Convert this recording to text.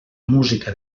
música